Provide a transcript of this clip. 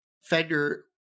Fender